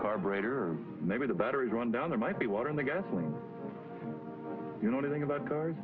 carburetor maybe the batteries run down there might be water in the guest you know anything about cars